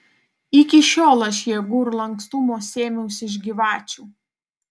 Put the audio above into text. iki šiol aš jėgų ir lankstumo sėmiaus iš gyvačių